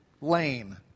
lane